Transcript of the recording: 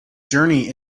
journey